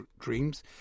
dreams